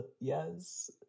Yes